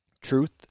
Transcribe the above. truth